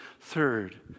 Third